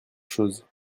choses